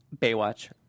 Baywatch